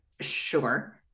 Sure